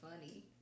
funny